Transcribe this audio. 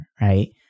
right